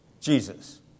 Jesus